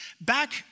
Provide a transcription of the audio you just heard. back